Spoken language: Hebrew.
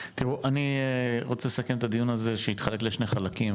אם כן אני רוצה לסכם את הדיון הזה שהתחלק לשני חלקים,